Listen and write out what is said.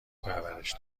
پرورش